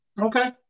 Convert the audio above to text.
Okay